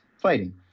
fighting